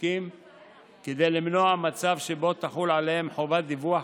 החיקוקים כדי למנוע מצב שבו תחול עליהם חובת דיווח